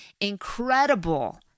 incredible